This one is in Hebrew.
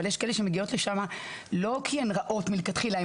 אבל יש כאלה שמגיעות לשם לא כי הן רעות מלכתחילה,